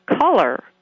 color